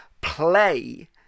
play